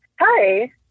Hi